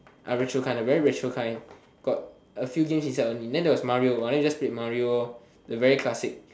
a retro kind the very retro kind got a few games inside only then there was mario ah then we just played mario lor the very classic